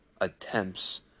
attempts